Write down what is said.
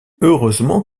heureusement